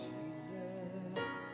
Jesus